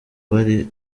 bari